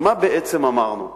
כי מה בעצם אמרנו?